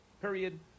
Period